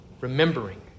remembering